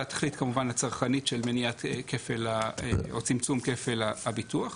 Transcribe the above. והתכלית כמובן הצרכנית של צמצום כפל הביטוח.